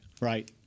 Right